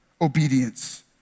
obedience